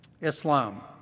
Islam